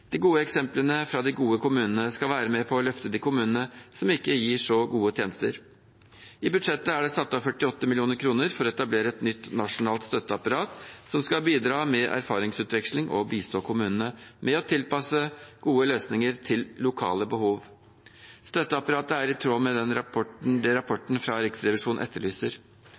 De gode eksemplene fra de gode kommunene skal være med på å løfte de kommunene som ikke gir så gode tjenester. I budsjettet er det satt av 48 mill. kr for å etablere et nytt nasjonalt støtteapparat som skal bidra med erfaringsutveksling og bistå kommunene med å tilpasse gode løsninger til lokale behov. Støtteapparatet er i tråd med det rapporten fra Riksrevisjonen etterlyser.